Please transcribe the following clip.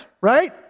right